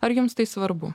ar jums tai svarbu